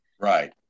Right